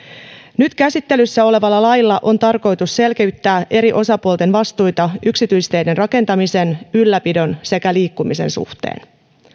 nyt käsittelyssä olevalla lailla on tarkoitus selkiyttää eri osapuolten vastuita yksityisteiden rakentamisen ja ylläpidon sekä niillä liikkumisen suhteen